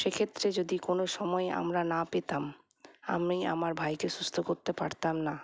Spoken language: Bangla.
সেক্ষেত্রে যদি কোনও সময় আমরা না পেতাম আমি আমার ভাইকে সুস্থ করতে পারতাম না